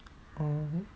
orh